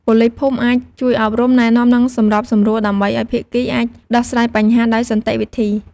ប៉ូលីសភូមិអាច ជួយអប់រំ ណែនាំ និងសម្របសម្រួល ដើម្បីឱ្យភាគីអាចដោះស្រាយបញ្ហាដោយសន្តិវិធី។